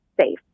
safe